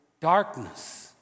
darkness